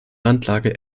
randlage